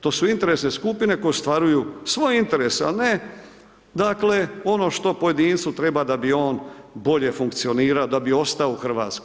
To su interesne skupine koje ostvaruju svoje interese, a ne dakle ono što pojedincu treba da bi on bolje funkcionirao, da bi ostao u Hrvatskoj.